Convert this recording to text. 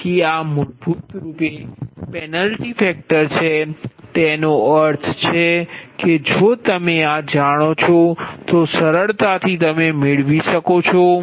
તેથી આ મૂળભૂત રૂપે પેનલ્ટી ફેક્ટર છે તેથી તેનો અર્થ છે કે જો તમે આ જાણો છો તો સરળતાથી તમે મેળવી શકો છો